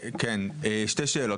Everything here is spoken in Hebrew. כן שתי שאלות,